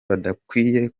badakwiye